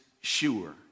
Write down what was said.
sure